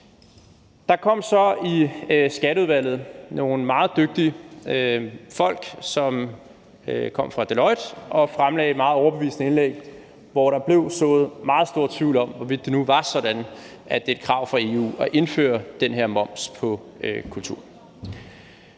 Der kom så i Skatteudvalget nogle meget dygtige folk fra Deloitte og fremlagde et meget overbevisende indlæg, hvor der blev sået meget stor tvivl om, hvorvidt det nu var sådan, at det er et krav fra EU at indføre den her moms på kultur.